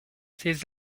ces